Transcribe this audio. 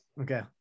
Okay